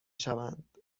شوند